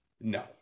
no